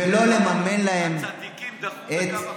ולא לממן להן את, הצדיקים דחו בכמה חודשים.